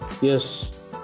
Yes